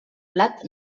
blat